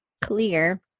clear